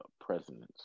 presidents